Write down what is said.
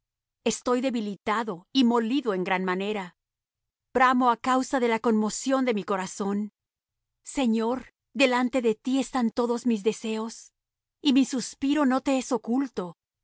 estoy debilitado y molido en gran manera bramo á causa de la conmoción de mi corazón señor delante de ti están todos mis deseos y mi suspiro no te es oculto